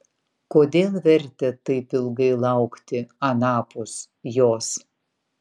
kodėl vertėt taip ilgai laukti anapus jos